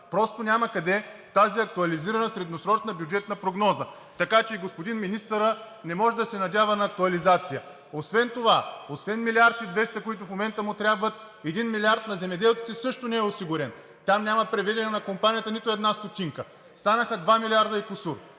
Просто няма къде в тази актуализирана средносрочна бюджетна прогноза. Така че господин министърът не може да се надява на актуализация. Освен това – освен 1 млрд. и 200 хил. лв., които в момента му трябват, 1 милиард на земеделците също не е осигурен. Там няма преведена на компанията нито една стотинка. Станаха 2 милиарда и кусур.